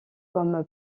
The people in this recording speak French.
comme